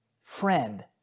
friend